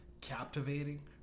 captivating